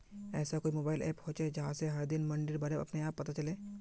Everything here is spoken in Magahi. ऐसा कोई मोबाईल ऐप होचे जहा से हर दिन मंडीर बारे अपने आप पता चले?